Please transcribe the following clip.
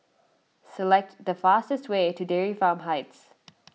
select the fastest way to Dairy Farm Heights